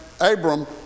Abram